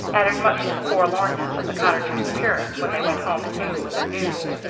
added much to the forlornness of the cottagers' appearance when they went home at noon with their news.